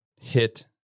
hit